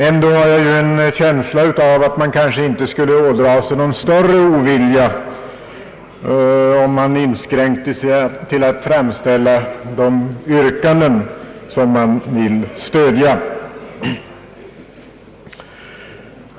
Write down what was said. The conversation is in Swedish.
Ändå har jag en känsla av att man kanske inte skulle ådra sig någon större ovilja om man inskränkte sig till att framställa de yrkanden som man vill stödja.